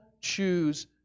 choose